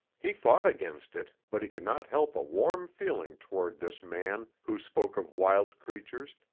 he fought against it, but he could not help a warm feeling toward this man who spoke of wild creatures,